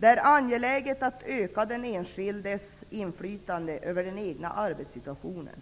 Det är angeläget att öka den enskildes inflytande över den egna arbetssituationen